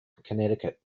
connecticut